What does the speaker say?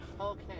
Okay